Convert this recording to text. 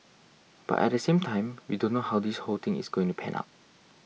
but at the same time we don't know how this whole thing is going to pan out